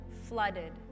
flooded